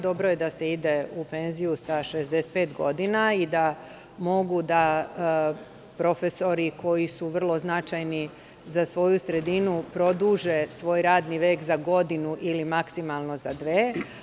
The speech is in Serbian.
Dobro je da se ide u penziju sa 65 godina i da mogu profesori, koji su vrlo značajni za svoju sredinu, da produže svoj radni vek za godinu ili maksimalno za dve.